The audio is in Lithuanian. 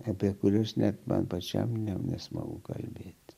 apie kuriuos net man pačiam nesmagu kalbėti